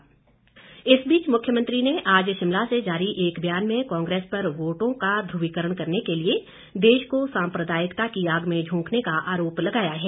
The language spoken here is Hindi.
जयराम इस बीच मुख्यमंत्री ने आज शिमला से जारी एक ब्यान में कांग्रेस पर वोटों का ध्रुवीकरण करने के लिए देश को साम्प्रदायिकता की आग में झोंकने का आरोप लगाया है